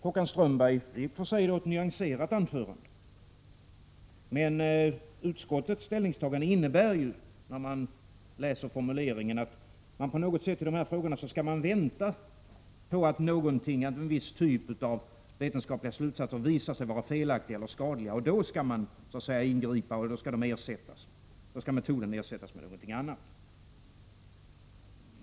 Håkan Strömberg höll i och för sig ett nyanserat anförande, men utskottets ställningstagande innebär ju att man på något sätt skall vänta i de här frågorna. Man skall vänta på att en viss typ av vetenskapliga slutsatser visar sig vara felaktiga eller skadliga, och då skall man ingripa och metoden ersättas med någonting annat.